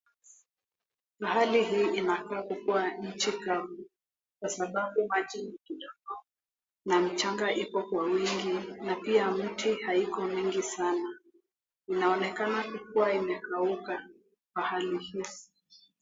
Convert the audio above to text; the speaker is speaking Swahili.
Mahali hii inakaa kukuwa nchi kavu kwa sababu maji ni kidogo na mchanga iko kwa wingi na pia mti haiko mingi sana. Inaonekana kukuwa imekauka pahali hii.